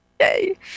yay